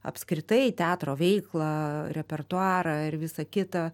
apskritai teatro veiklą repertuarą ir visa kita